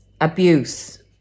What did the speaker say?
abuse